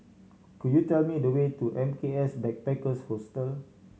could you tell me the way to M K S Backpackers Hostel